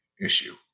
issue